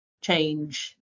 change